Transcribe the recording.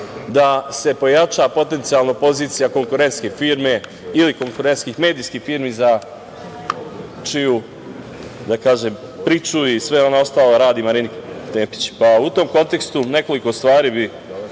da se pojača potencijalno pozicija konkurentske firme ili konkurentskih medijskih firmi za čiju priču i sve ono ostalo radi Marinika Tepić.U tom kontekstu nekoliko bih stvari